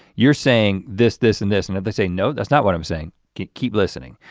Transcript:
you're saying this, this and this and they say no, that's not what i'm saying. keep keep listening.